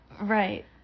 Right